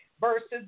versus